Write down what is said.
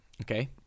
Okay